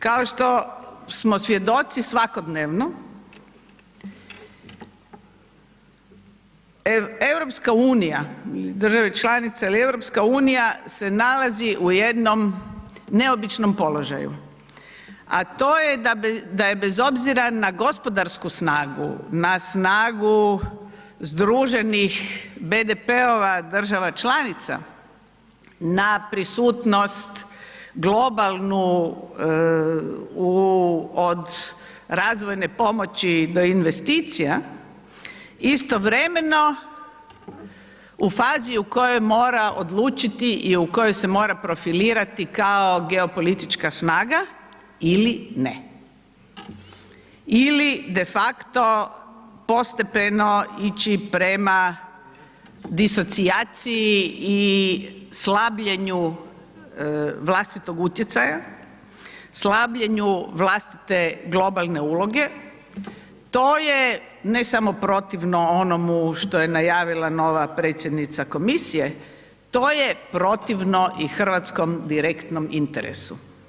Kao što smo svjedoci svakodnevno, EU ili države članice ili EU se nalazi u jednom neobičnom položaju, a to je da je bez obzira na gospodarsku snagu, na snagu sdruženih BDP-ova država članica na prisutnost globalnu u, od razvojne pomoći do investicija istovremeno u fazi u kojoj mora odlučiti i u kojoj se mora profilirati kao geopolitička snaga ili ne ili defakto postepeno ići prema disocijaciji i slabljenju vlastitog utjecaja, slabljenju vlastite globalne uloge, to je ne samo protivno onomu što je najavila nova predsjednica komisije, to je protivno i hrvatskom direktnom interesu.